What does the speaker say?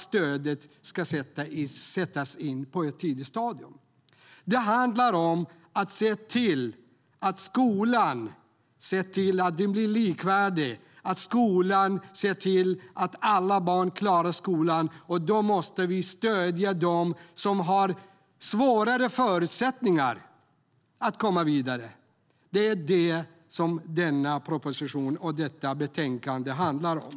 Stödet ska sättas in på ett tidigt stadium. Det handlar om att se till att skolan blir likvärdig och att se till att alla barn klarar skolan. Vi måste stödja dem som har sämre förutsättningar att komma vidare. Det är det denna proposition och detta betänkande handlar om.